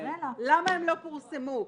למה הן לא פורסמו?